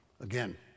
Again